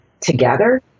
together